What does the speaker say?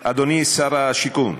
אדוני שר השיכון,